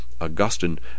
Augustine